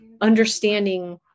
understanding